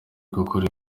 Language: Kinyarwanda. gukora